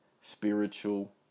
spiritual